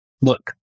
Look